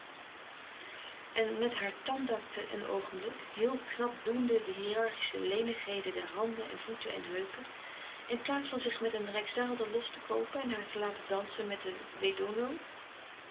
en met haar tandakte een oogenblik heel knap doende de hieratische lenigheden der handen en voeten en heupen in plaats van zich met een rijksdaalder los te koopen en haar te laten dansen met den wedono